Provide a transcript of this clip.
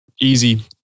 easy